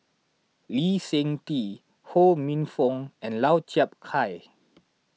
Lee Seng Tee Ho Minfong and Lau Chiap Khai